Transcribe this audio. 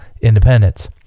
independence